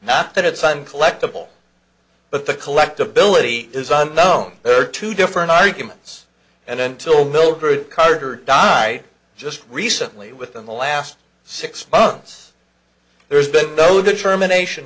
not that it's on collectible but the collectability is unknown there are two different arguments and until mildred carter died just recently within the last six months there's been no determination